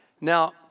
Now